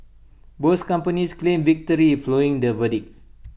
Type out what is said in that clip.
both companies claimed victory following their verdict